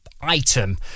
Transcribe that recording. item